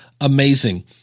amazing